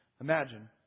Imagine